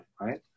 right